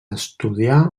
estudiar